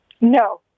No